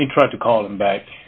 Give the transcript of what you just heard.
let me try to call them back